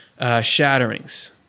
shatterings